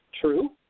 true